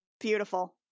Beautiful